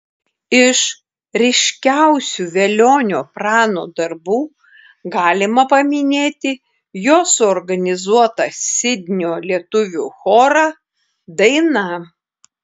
iš ryškiausių velionio prano darbų galima paminėti jo suorganizuotą sidnio lietuvių chorą daina